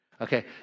Okay